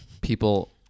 People